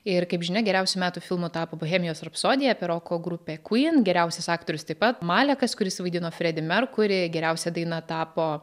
ir kaip žinia geriausiu metų filmu tapo bohemijos rapsodija apie roko grupę kuyn geriausias aktorius taip pat malekas kuris vaidino fredį merkurį geriausia daina tapo